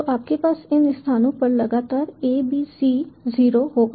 तो आपके पास इन स्थानों पर लगातार A B C 0 होगा